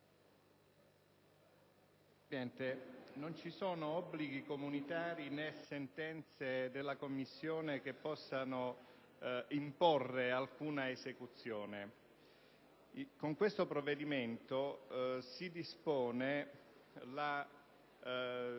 non ci sono obblighi comunitari né sentenze della Commissione che possano imporre alcuna esecuzione. Con questo provvedimento si dispone la